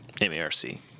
M-A-R-C